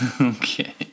Okay